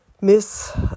miss